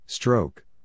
Stroke